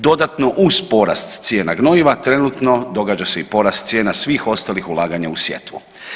Dodatno uz porast cijena gnojiva trenutno događa se i porast cijena svih ostalih ulaganja u sjetvu.